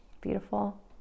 Beautiful